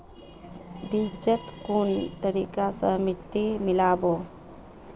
बीजक कुन तरिका स मिट्टीत मिला बो